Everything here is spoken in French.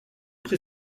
pré